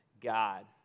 God